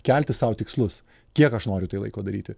kelti sau tikslus kiek aš noriu tai laiko daryti